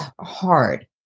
hard